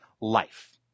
life